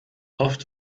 oft